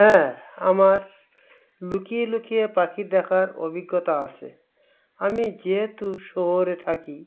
হ্যাঁ আমার লুকিয়ে লুকিয়ে পাখি দেখার অভিজ্ঞতা আছে আমি যেহেতু শহরে থাকি